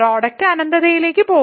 product അനന്തതയിലേക്ക് പോകും